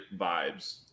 vibes